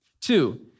Two